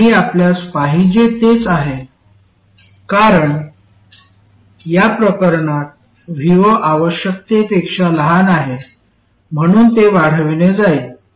आणि आपल्यास पाहिजे तेच आहे कारण या प्रकरणात vo आवश्यकतेपेक्षा लहान आहे म्हणून ते वाढविले जाईल